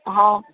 हा